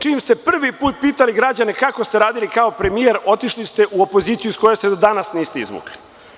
Čim ste prvi put pitali građane kako ste radili kao premijer otišli ste u opoziciju, iz koje se do danas niste izvukli.